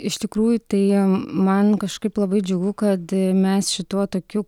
iš tikrųjų tai man kažkaip labai džiugu kad mes šituo tokiu